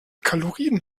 kalorien